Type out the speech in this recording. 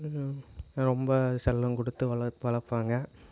என்ன ரொம்ப செல்லங்கொடுத்து வளர்ப்பு வளர்ப்பாங்க